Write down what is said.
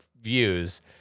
views